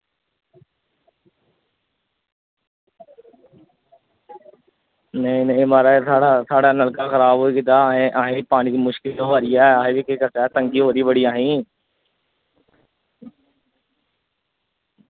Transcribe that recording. नेईं नेईं म्हाराज साढ़ा नलका खराब होई गेदा असें पानी दी बड़ी कमी ऐ केह् करचै असें गी पानी दी बड़ी तंगी ऐ